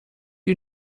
you